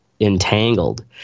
entangled